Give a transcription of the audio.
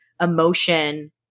emotion